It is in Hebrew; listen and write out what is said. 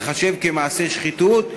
תיחשב למעשה שחיתות,